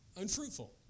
unfruitful